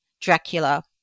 Dracula